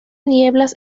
nieblas